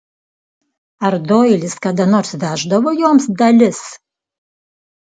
ar doilis kada nors veždavo joms dalis